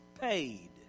paid